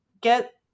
get